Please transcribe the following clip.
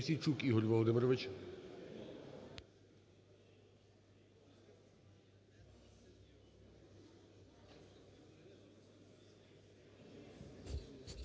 дякую.